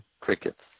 Crickets